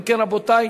אם כן, רבותי,